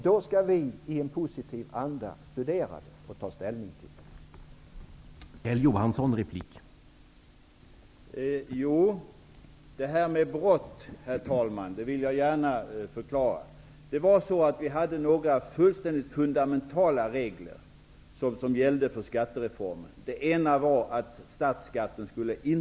Då skall vi i en positiv anda studera det och ta ställning till det.